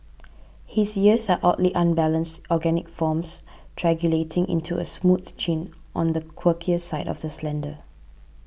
his ears are oddly unbalanced organic forms triangulating into a smooth chin on the quirkier side of the slender